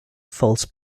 false